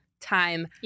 time